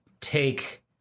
take